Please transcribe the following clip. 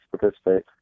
participate